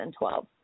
2012